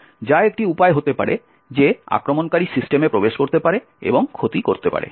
যা একটি উপায় হতে পারে যে আক্রমণকারী সিস্টেমে প্রবেশ করতে পারে এবং ক্ষতি করতে পারে